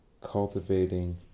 cultivating